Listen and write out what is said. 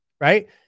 Right